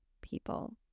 people